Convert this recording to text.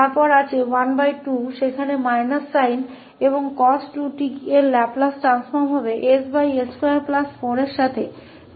तब हमारे पास 12 हैminus चिह्न के साथ और cos 2𝑡 का लाप्लास रूपांतर ss24 है